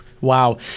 Wow